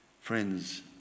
Friends